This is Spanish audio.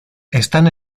están